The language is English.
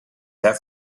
that